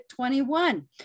21